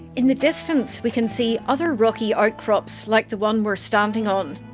in the distance we can see other rocky outcrops like the one we're standing on.